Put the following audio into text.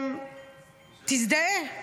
תזדהה,